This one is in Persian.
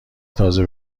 تازه